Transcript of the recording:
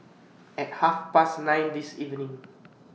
At Half Past nine This evening